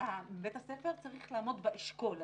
ובית הספר צריך לעמוד באשכולות.